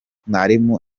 mwarimu